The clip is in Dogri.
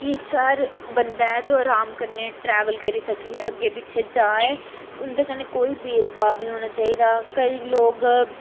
कि हर बंदा ऐ जो अराम कन्नै ट्रैवल करी सकै अग्गें पिच्छें जाए ते उं'दे कन्नै कोई भेदभाव नी होना चाहिदा कदें लोग